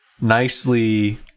nicely